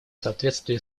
соответствии